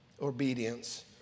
obedience